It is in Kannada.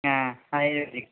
ಹಾಂ ಆಯ್ರ್ವೇದಿಕ್